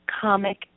comic